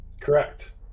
Correct